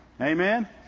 Amen